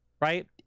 right